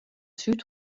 süd